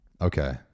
Okay